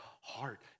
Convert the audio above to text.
heart